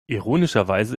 ironischerweise